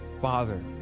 father